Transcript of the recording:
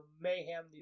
Mayhem